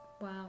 wow